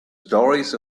stories